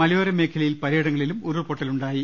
മല യോരമേഖലയിൽ പലയിടങ്ങളിലും ഉരുൾപൊട്ടലുണ്ടായി